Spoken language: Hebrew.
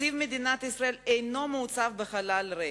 תקציב מדינת ישראל אינו מעוצב בחלל ריק.